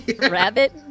Rabbit